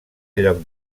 lloc